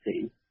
see